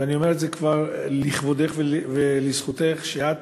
ואני כבר אומר את זה לכבודך ולזכותך, שאת